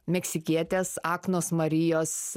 meksikietės aknos marijos